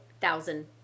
thousand